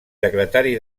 secretari